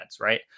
right